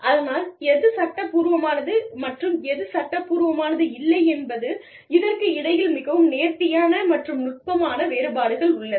ஆனால் எது சட்டப்பூர்வமானது மற்றும் எது சட்டப்பூர்வமானது இல்லை என்பது இதற்கு இடையில் மிகவும் நேர்த்தியான மற்றும் நுட்பமான வேறுபாடுகள் உள்ளன